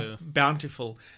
Bountiful